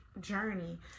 journey